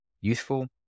useful